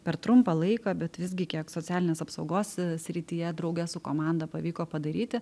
per trumpą laiką bet visgi kiek socialinės apsaugos srityje drauge su komanda pavyko padaryti